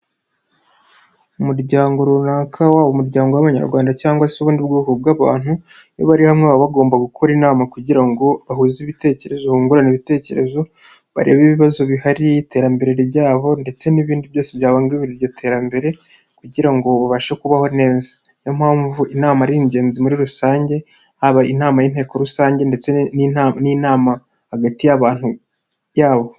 Umuryango runaka waba umuryango w'abanyarwanda cyangwa se ubundi bwoko bw'abantu, iyo bari hamwe baba bagomba gukora inama kugira ngo bahuze ibitekerezo bungurane ibitekerezo, barebe ibibazo bihari, iterambere ryabo ndetse n'ibindi byose byabangamira iryo terambere kugira ngo ubashe kubaho neza, niyo mpamvu inama ari ingenzi muri rusange haba inama y'inteko rusange ndetse n'ina n'inama hagati y'abantu yabo.